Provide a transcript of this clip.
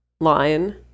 line